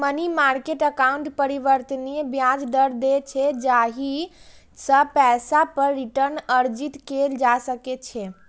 money market account परिवर्तनीय ब्याज दर दै छै, जाहि सं पैसा पर रिटर्न अर्जित कैल जा सकै छै